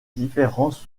différences